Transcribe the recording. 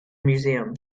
museum